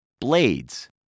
Blades –